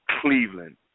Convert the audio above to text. Cleveland